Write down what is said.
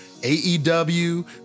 AEW